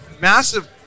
massive